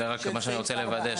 זה מה שאני רוצה לוודא,